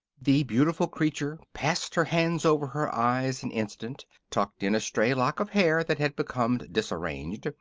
the beautiful creature passed her hands over her eyes an instant, tucked in a stray lock of hair that had become disarranged,